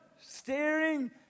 staring